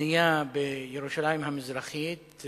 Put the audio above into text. הבנייה בירושלים המזרחית,